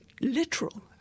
literal